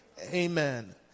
Amen